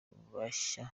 bashya